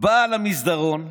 באה למסדרון,